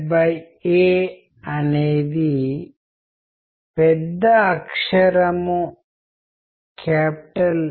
ఏదైనా సరే నేను పెయింటింగ్ ఉపయోగిస్తుంటే అది కమ్యూనికేషన్ ఛానెల్ అవుతుంది